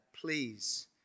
Please